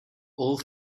all